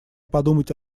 подумать